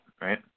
right